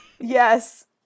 Yes